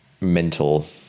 mental